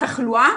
התחלואה